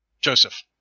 Joseph